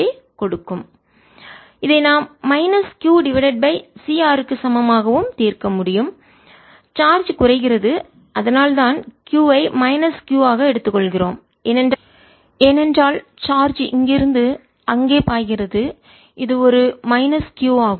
VIR VRI dQdt QCR இதை நாம் minus Q divided by CR க்கு சமமாகவும் தீர்க்க முடியும் சார்ஜ் குறைகிறது அதனால்தான் Q ஐ மைனஸ் Q ஆக எடுத்துக்கொள்கிறோம் ஏனென்றால் சார்ஜ் இங்கிருந்து அங்கே பாய்கிறது இது ஒரு மைனஸ் Q ஆகும்